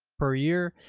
per year.